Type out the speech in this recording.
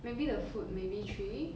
maybe the food maybe three